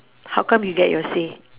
how come you get your say